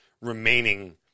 remaining